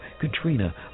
Katrina